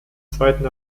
zweiten